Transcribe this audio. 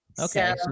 okay